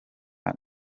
bacu